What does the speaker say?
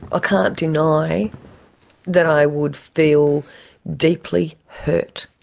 ah can't deny that i would feel deeply hurt,